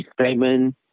statement